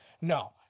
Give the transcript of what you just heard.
no